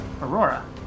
Aurora